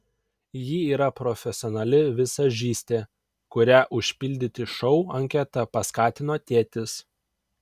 ji yra profesionali vizažistė kurią užpildyti šou anketą paskatino tėtis